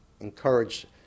encourage